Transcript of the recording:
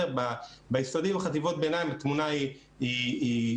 ביסודי ובחטיבות הביניים התמונה היא שונה,